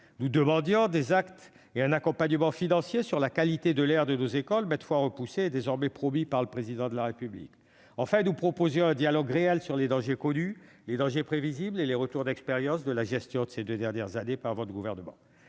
Nous demandions des actes et un accompagnement financier sur la qualité de l'air dans nos écoles, maintes fois repoussés et désormais promis par le Président de la République. Enfin, nous proposions un dialogue réel sur les dangers connus, les dangers prévisibles et les retours d'expérience de la gestion de ces deux dernières années par votre gouvernement.